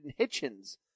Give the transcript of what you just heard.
Hitchens